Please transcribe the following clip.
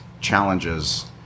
challenges